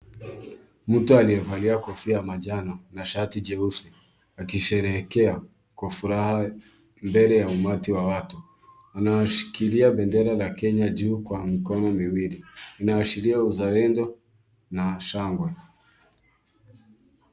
Mtu aliyevalia kofia ya manjano na shati jeusi akisherehekea kwa furaha mbele ya umati wa watu, anashikilia bendera la kenya juu kwa mikono miwili inaashiria uzalendo na shangwe.